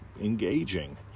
engaging